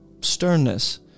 sternness